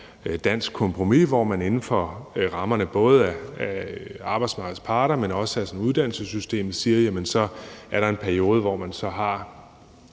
dansk kompromis, hvor man inden for rammerne af både arbejdsmarkedets parter, men også af uddannelsessystemet siger: Så er der en periode, hvor